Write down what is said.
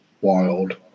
wild